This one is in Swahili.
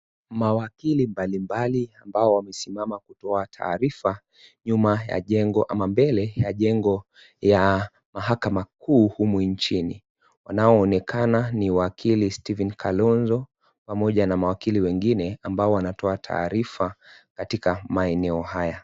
Mawakili mbalimbali ambao wamesimama kutoa taarifa nyuma ya jengo ama mbele ya jengo ya mahakama kuu humu nchini. Wanaoonekana ni wakili Stephen Kalonzo pamoja na mawakili wengine ambao wanaotoa taarifa katika maeneo haya.